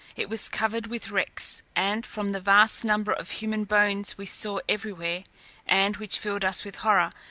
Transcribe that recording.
it was covered with wrecks, and from the vast number of human bones we saw everywhere, and which filled us with horror,